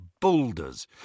boulders